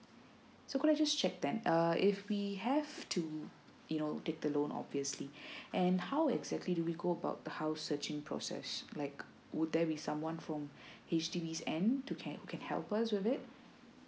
so can I just check that uh if we have to you know take the loan obviously and how exactly do we go about the house searching process like would there be someone from H_D_B and to can can help us with it